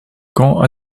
camp